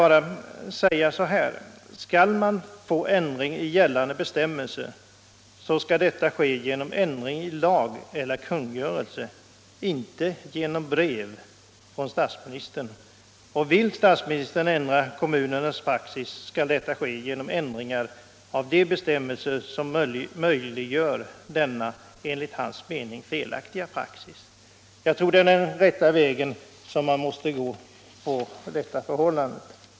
Till det vill jag bara säga att skall gällande bestämmelser ändras, skall det ske genom en ändring i lag eller kungörelse, inte genom ett brev från statsministern. Vill statsministern ändra kommunernas praxis skall han föreslå ändringar av de bestämmelser som möjliggör denna enligt hans mening felaktiga praxis. Jag tror att det är den vägen man måste gå för att rätta till förhållandena.